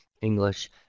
English